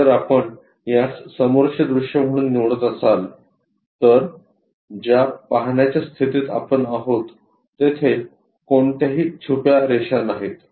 जर आपण यास समोरचे दृश्य म्हणून निवडत असाल तर ज्या पाहण्याच्या स्थितीत आपण आहोत तेथे कोणत्याही छुप्या रेषा नाहीत